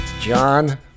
john